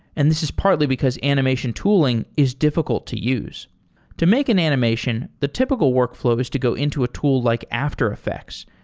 and this is partly because animation tooling is diffi cult to use to make an animation, the typical workflow is to go into a tool like after effects,